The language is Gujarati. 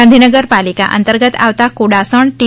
ગાંધીનગર પાલીકા અંતર્ગત આવતા કુડાસણ ટી